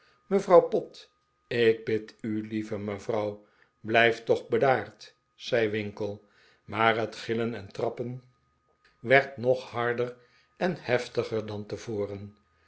mevrouw pott ik bid u lieve mevrouw blijf toch bedaardl zei winkle maar het gillen en trappen werd nog harder en heftiger dan tevoren